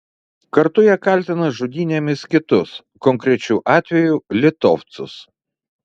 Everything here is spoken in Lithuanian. kartu jie kaltina žudynėmis kitus konkrečiu atveju litovcus